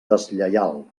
deslleial